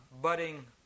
budding